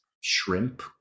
shrimp